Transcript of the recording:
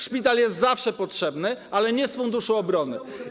Szpital jest zawsze potrzebny, ale nie z funduszu obrony.